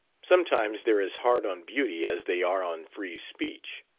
sometimes they're as hard on beauty as they are on free speech.